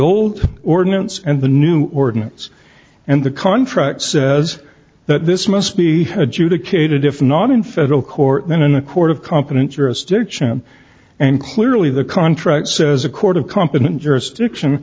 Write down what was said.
old ordinance and the new ordinance and the contract says that this must be adjudicated if not in federal court then in a court of competent jurisdiction and clearly the contract says a court of competent jurisdiction